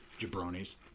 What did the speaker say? Jabronis